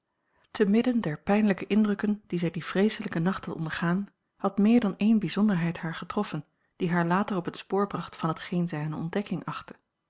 te midden der pijnlijke indrukken die zij in dien vreeselijken nacht had ondergaan had meer dan één bijzonderheid haar getroffen die haar later op het spoor bracht van hetgeen zij eene ontdekking achtte